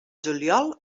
juliol